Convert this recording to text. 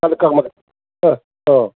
ಕನಕಾಂಬ್ರ ಹಾಂ ಹಾಂ